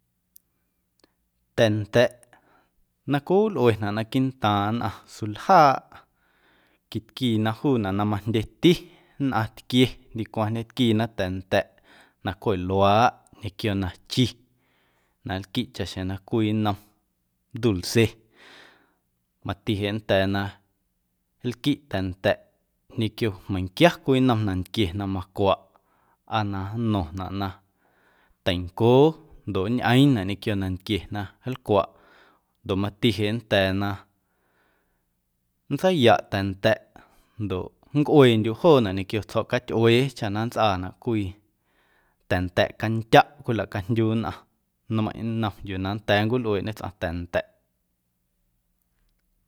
Ta̱nda̱ꞌ na cwiwilꞌuenaꞌ quiiꞌntaaⁿ nnꞌaⁿ suljaaꞌ quitquiina juunaꞌ na majndyeti nnꞌaⁿtquie ndicwaⁿ ñetquiina ta̱nda̱ꞌ na cweꞌluaaꞌ ñequio nachi na nlquiꞌ chaꞌxjeⁿ na cwii nnom dulce mati jeꞌ nnda̱a̱ na nlquiꞌ ta̱nda̱ꞌ ñequio meiⁿnquia cwii nnom nantquie na macwaꞌ aa na nno̱ⁿnaꞌ na teincoo ndoꞌ nñꞌeeⁿnaꞌ ñequio nantquie na nlcwaꞌ ndoꞌ mati jeꞌ nnda̱a̱ na nntseiyaꞌ ta̱nda̱ꞌ ndoꞌ nncꞌueendyuꞌ joonaꞌ ñequio tsjo̱catyꞌuee chaꞌ na nntsꞌaanaꞌ cwii ta̱nda̱ꞌ candyaꞌ luaaꞌ cwilacajndyu nnꞌaⁿ nmeiⁿꞌ nnom yuu na nnda̱a̱ nncwilꞌueeꞌñe tsꞌaⁿ ta̱nda̱ꞌ.